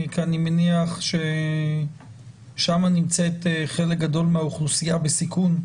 אני מניח ששם נמצא חלק גדול מהאוכלוסייה בסיכון,